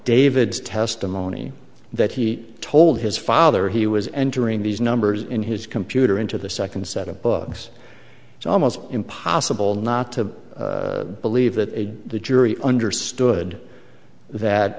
david's testimony that he told his father he was entering these numbers in his computer into the second set of books it's almost impossible not to believe that the jury understood that